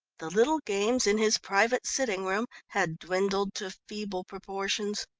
the little games in his private sitting-room had dwindled to feeble proportions.